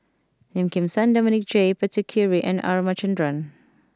Lim Kim San Dominic J Puthucheary and R Ramachandran